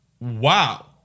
Wow